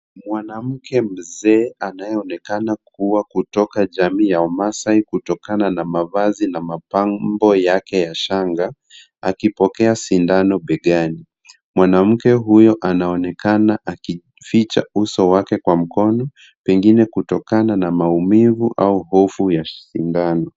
Mwanamke mzee anayeonekana kuwa kutoka jamii ya wamasai kutokana na mavazi na mapambo yake ya shanga akipokea sindano begani. Mwanamke huyo anaonekana akificha uso wake kwa mkono pengine kutokana na maumivu au hofu ya sindano.